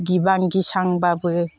गिबां गिसांबाबो